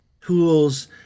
tools